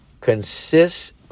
consists